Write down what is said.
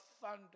thunder